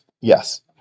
Yes